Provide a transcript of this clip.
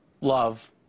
Love